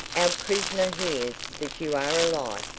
our prisoner hears that you are alive,